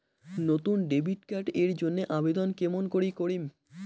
নতুন debit card এর জন্যে আবেদন কেমন করি করিম?